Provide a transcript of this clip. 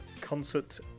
concert